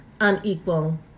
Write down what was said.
unequal